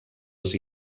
els